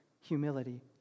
humility